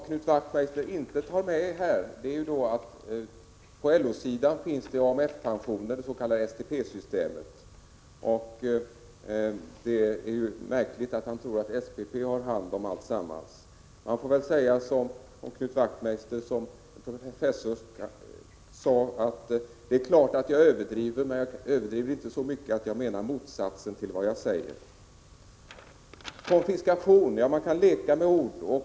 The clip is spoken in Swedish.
Knut Wachtmeister nämner inte att vi på LO-sidan har AMF med dets.k. STP-systemet. Det är märkligt att han tror att SPP har hand om alltsammans. Knut Wachtmeister får väl säga som professorn: Det är klart att jag överdriver, men inte så mycket att jag menar motsatsen till vad jag säger! Konfiskation? Ja, man kan leka med ord.